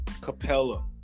Capella